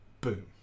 Boom